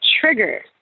trigger